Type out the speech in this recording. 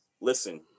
listen